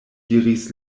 diris